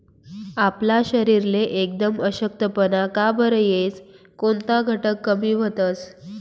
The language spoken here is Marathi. आपला शरीरले एकदम अशक्तपणा का बरं येस? कोनता घटक कमी व्हतंस?